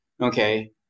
Okay